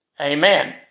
Amen